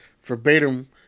verbatim